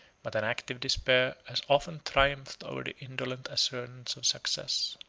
but an active despair has often triumphed over the indolent assurance of success.